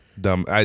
dumb